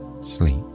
sleep